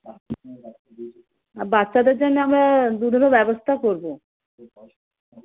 আর বাচ্চাদের জন্য আমরা দুধেরও ব্যবস্থা করবো